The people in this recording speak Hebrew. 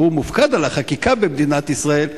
שהוא מופקד על החקיקה במדינת ישראל,